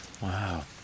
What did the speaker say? Wow